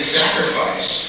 sacrifice